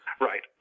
Right